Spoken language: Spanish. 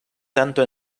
tanto